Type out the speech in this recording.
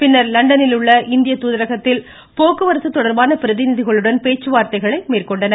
பின்னர் லண்டனில் உள்ள இந்திய தூதரகத்தில் போக்குவரத்து தொடர்பான பிரதிநிதிகளுடன் பேச்சுவார்த்தைகளை மேற்கொண்டனர்